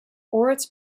ortiz